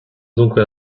dunque